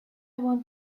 want